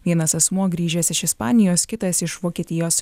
vienas asmuo grįžęs iš ispanijos kitas iš vokietijos